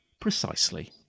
Precisely